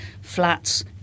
flats